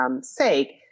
sake